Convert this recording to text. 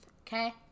okay